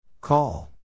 call